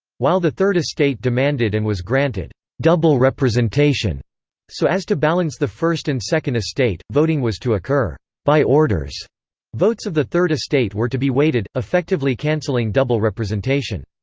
while the third estate demanded and was granted double representation so as to balance the first and second estate, voting was to occur by orders votes of the third estate were to be weighted effectively canceling double representation.